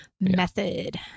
method